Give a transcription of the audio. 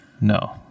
No